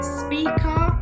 speaker